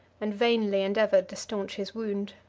and vainly endeavored to stanch his wound.